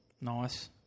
Nice